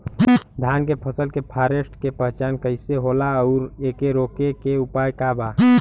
धान के फसल के फारेस्ट के पहचान कइसे होला और एके रोके के उपाय का बा?